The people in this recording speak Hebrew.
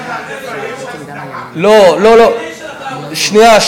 לא, לא, שנייה.